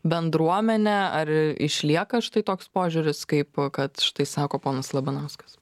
bendruomene ar išlieka štai toks požiūris kaip kad štai sako ponas labanauskas